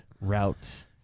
route